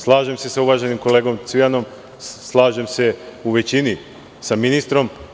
Slažem se sa uvaženim kolegom Cvijanom, slažem se u većini sa ministrom.